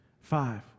Five